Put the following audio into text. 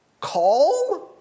Calm